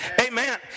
Amen